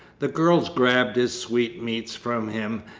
the girls grabbed his sweetmeats from him,